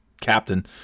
captain